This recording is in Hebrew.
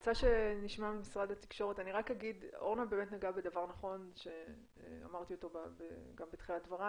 אורנה באמת נגעה בדבר נכון שאמרתי אותו גם בתחילת דבריי,